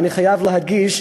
אני חייב להדגיש,